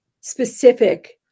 specific